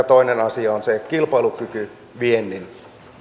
toinen asia on se kilpailukyky viennin